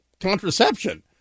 Contraception